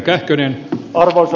kannatan ed